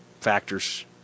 factors